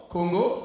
Congo